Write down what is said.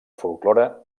folklore